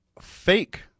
fake